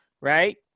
right